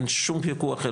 אין שום פיקוח,